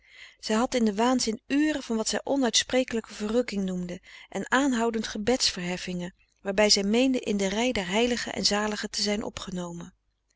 zij had in den waanzin uren van wat zij onuitsprekelijke verrukking noemde en aanhoudend gebeds verheffingen waarbij zij meende in de rei der heiligen en zaligen te zijn opgenomen